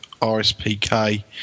RSPK